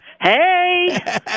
Hey